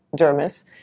dermis